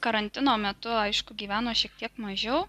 karantino metu aišku gyveno šiek tiek mažiau